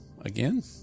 again